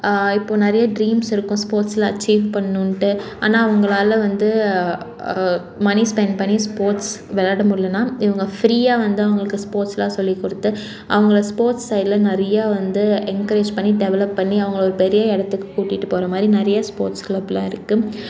இப்போ நிறைய ட்ரீம்ஸ் இருக்கும் ஸ்போர்ட்ஸில் அச்சீவ் பண்ணுன்ட்டு ஆனால் அவங்களால வந்து மனி ஸ்பென்ட் பண்ணி ஸ்போர்ட்ஸ் விள்ளாட முல்லன்னா இவங்க ஃப்ரீயாக வந்து அவங்களுக்கு ஸ்போர்ட்ஸ்லாம் சொல்லிக்கொடுத்து அவங்கள ஸ்போர்ட்ஸ் சைடில் நிறையா வந்து என்கரேஜ் பண்ணி டெவலப் பண்ணி அவங்கள ஒரு பெரிய இடத்துக்கு கூட்டிகிட்டு போறமாதிரி நிறைய ஸ்போர்ட்ஸ் கிளப்லாம் இருக்கு